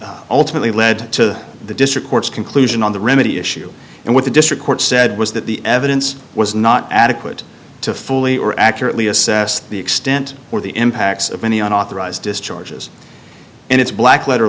traceability ultimately led to the district court's conclusion on the remedy issue and what the district court said was that the evidence was not adequate to fully or accurately assess the extent or the impacts of any unauthorized discharges and it's black letter